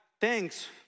thanks